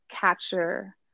capture